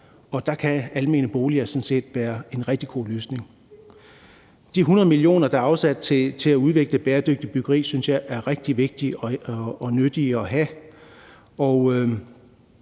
der kan almene boliger sådan set være en rigtig god løsning. De 100 mio. kr., der er afsat til at udvikle bæredygtigt byggeri, synes jeg er rigtig vigtige og nyttige at have.